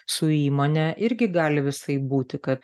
su įmone irgi gali visaip būti kad